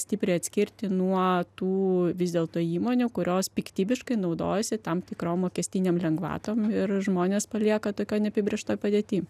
stipriai atskirti nuo tų vis dėlto įmonių kurios piktybiškai naudojasi tam tikrom mokestinėm lengvatom ir žmones palieka tokioj neapibrėžtoj padėty